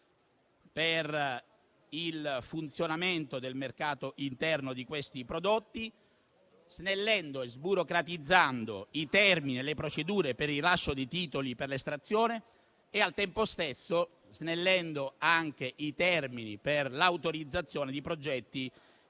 per il funzionamento del mercato interno di questi prodotti, snellendo e sburocratizzando i termini e le procedure per il rilascio di titoli per l'estrazione e, al tempo stesso, per l'autorizzazione di progetti